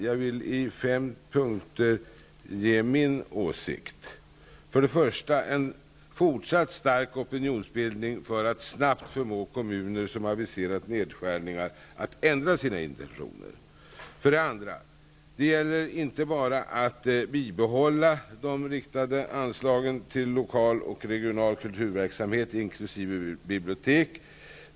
Jag vill i fem punkter ge min åsikt. 1. En fortsatt stark opinionsbildning för att snabbt förmå kommuner som aviserat nedskärningar att ändra sina intentioner. 2. Det gäller inte bara att bibehålla de riktade anslagen till lokal och regional kulturverksamhet inkl. bibliotek.